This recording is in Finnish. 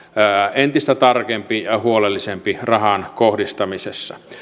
entistä tarkempia ja huolellisempia rahan kohdistamisessa